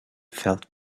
felt